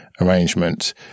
arrangement